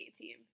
team